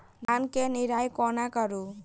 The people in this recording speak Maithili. धान केँ निराई कोना करु?